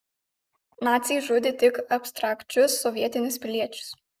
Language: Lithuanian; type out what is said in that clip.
naciai žudė tik abstrakčius sovietinius piliečius